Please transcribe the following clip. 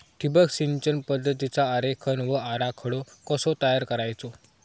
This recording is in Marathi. ठिबक सिंचन पद्धतीचा आरेखन व आराखडो कसो तयार करायचो?